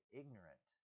ignorant